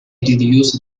deduce